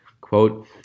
Quote